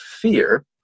fear